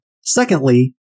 Secondly